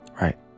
right